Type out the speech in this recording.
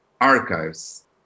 archives